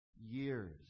years